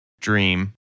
dream